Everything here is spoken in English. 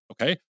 okay